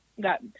got